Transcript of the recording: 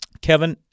Kevin